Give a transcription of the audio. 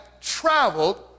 traveled